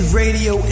radio